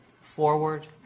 forward